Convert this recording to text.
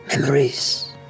memories